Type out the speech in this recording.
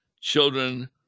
Children